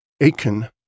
Aiken